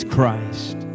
Christ